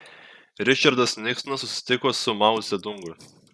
ričardas niksonas susitiko su mao dzedungu